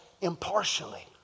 impartially